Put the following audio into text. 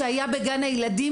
בגן הילדים,